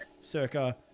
circa